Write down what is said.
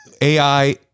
AI